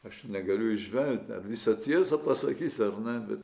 aš negaliu įžvelgti ar visą tiesą pasakys ar ne bet